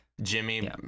Jimmy